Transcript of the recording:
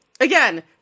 again